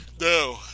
No